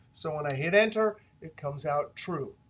so when i hit enter it comes out true.